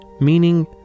Meaning